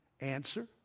Answer